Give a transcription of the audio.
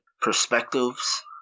perspectives